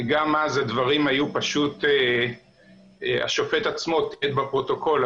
גם אז הדברים היו פשוט השופט עצמו תיעד בפרוטוקול,